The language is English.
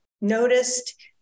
noticed